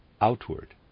outward